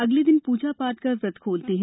अगले दिन पूजा पाठ कर वृत खोलती हैं